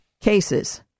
cases